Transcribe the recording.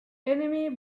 enemy